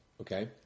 okay